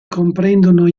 comprendono